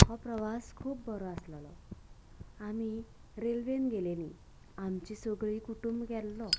हो प्रवास खूब बरो आसलेलो आमी रेल्वेन गेलेली आमची सगलीं कुटुंब गेल्लो